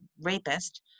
rapist